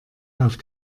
auf